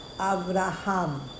Abraham